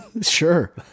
Sure